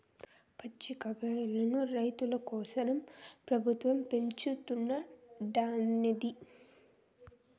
పచ్చికబయల్లను రైతుల కోసరం పెబుత్వం పెంచుతుండాది